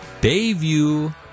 Bayview